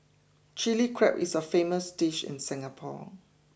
Chilli Crab is a famous dish in Singapore